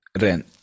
Ren